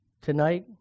Tonight